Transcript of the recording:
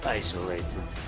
isolated